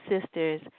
Sisters